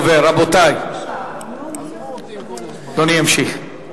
להבין אותנו כפי שאנחנו מנסים להבין אתכם,